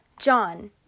John